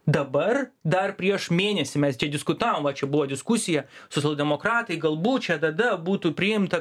dabar dar prieš mėnesį mes čia diskutavom va čia buvo diskusija socialdemokratai galbūt čia tada būtų priimta